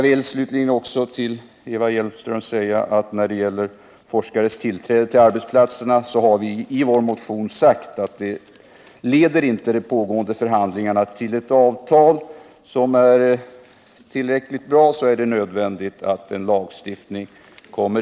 Till Eva Hjelmström vill jag säga att vi beträffande forskares tillträde till arbetsplatserna har framhållit i vår motion, att leder inte de pågående förhandlingarna till ett avtal som är tillräckligt bra, är det nödvändigt med en lagstiftning.